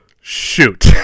Shoot